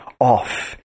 off